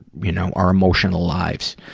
you know, our emotional lives.